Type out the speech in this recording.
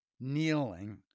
kneeling